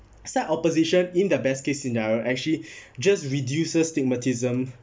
side opposition in the best case scenario actually just reduces stigmatism